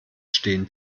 stehen